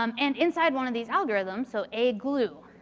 um and inside one of these algorithms, so a glue,